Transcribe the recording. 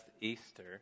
Easter